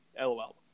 LOL